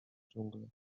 dżunglę